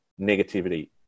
negativity